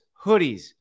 hoodies